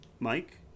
Mike